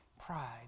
Pride